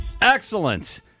Excellent